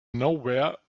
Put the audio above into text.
nowhere